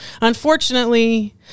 Unfortunately